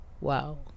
Wow